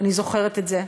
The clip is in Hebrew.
אני זוכרת את זה.